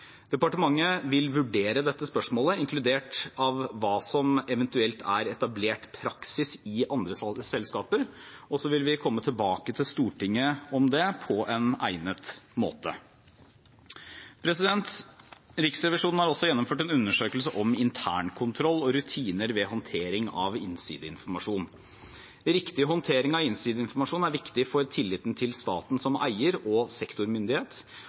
Departementet vil vurdere dette spørsmålet, inkludert hva som eventuelt er etablert praksis i andre selskaper, og vi vil komme tilbake til Stortinget om det på en egnet måte. Riksrevisjonen har også gjennomført en undersøkelse om internkontroll og rutiner ved håndtering av innsideinformasjon. Riktig håndtering av innsideinformasjon er viktig for tilliten til staten som eier og sektormyndighet.